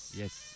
yes